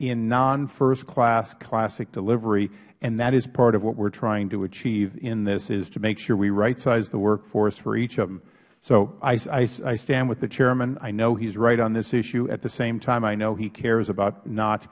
in non first class classic delivery and that is part of what we are trying to achieve in this is to make sure we right size the workforce for each of them so i stand with the chairman i know he is right on this issue at the same time i know he cares about not